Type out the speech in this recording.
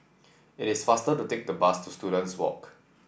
it is faster to take the bus to Students Walk